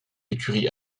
écurie